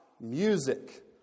music